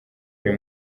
uyu